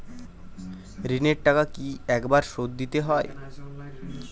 ঋণের টাকা কি একবার শোধ দিতে হবে?